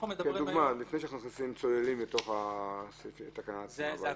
לדוגמה, לפני שאנחנו צוללים לתקנה עצמה.